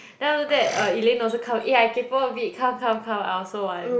then after that uh Elaine also come eh I kaypoh a bit come come come I also want